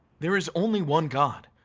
there is only one god,